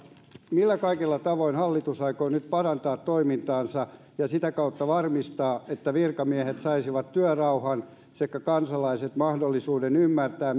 millä kaikilla tavoin hallitus aikoo nyt parantaa toimintaansa ja sitä kautta varmistaa että virkamiehet saisivat työrauhan sekä kansalaiset mahdollisuuden ymmärtää